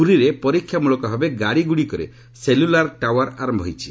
ପୁରୀରେ ପରୀକ୍ଷାମଳକ ଭାବେ ଗାଡ଼ି ଗୁଡ଼ିକରେ ସେଲୁଲାର ଟାୱାର ଆରମ୍ଭ ହୋଇଛି